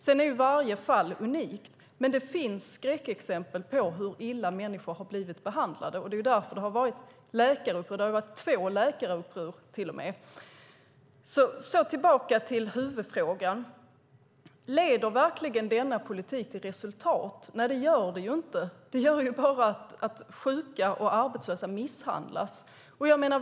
Sedan är varje fall unikt, men det finns skräckexempel på hur illa människor har blivit behandlade. Det är därför det har varit läkaruppror. Det har till och med varit två läkaruppror. Låt mig gå tillbaka till huvudfrågan. Leder verkligen denna politik till resultat? Nej, det gör den inte. Den gör bara att sjuka och arbetslösa misshandlas.